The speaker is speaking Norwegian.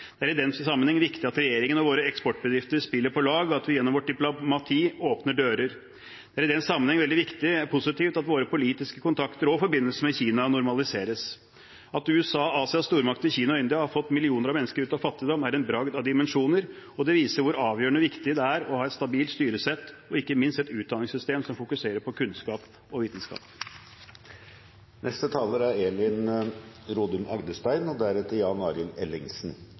den sammenheng veldig positivt at våre politiske kontakter og forbindelser med Kina normaliseres. At Asias stormakter, Kina og India, har fått millioner av mennesker ut av fattigdom, er en bragd av dimensjoner, og det viser hvor avgjørende viktig det er å ha et stabilt styresett og ikke minst et utdanningssystem som fokuserer på kunnskap og vitenskap. De talere som heretter får ordet, har en taletid på inntil 3 minutter. Norsk utenrikspolitikk begynner i Europa. Å føre en aktiv europapolitikk har stått sentralt for denne regjeringen. Hendelsene i Europa de siste fire årene viser at den utenrikspolitiske linjen har stått seg, og